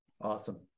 Awesome